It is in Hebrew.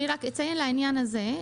לעניין זה,